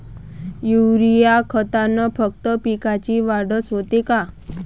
Urea खतानं फक्त पिकाची वाढच होते का?